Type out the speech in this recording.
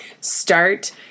Start